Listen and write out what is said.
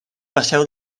passeu